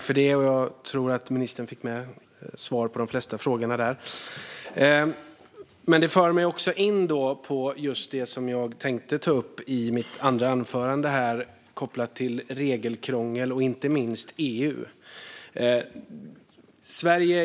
Fru talman! Jag tror att ministern fick med svar på de flesta frågorna. Men detta för mig också in på just det som jag tänkte ta upp i mitt andra anförande kopplat till regelkrångel och inte minst EU.